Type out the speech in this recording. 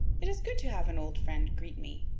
it is good to have an old friend greet me.